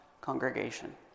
congregation